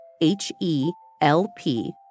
H-E-L-P